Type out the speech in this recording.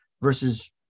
versus